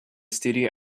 studio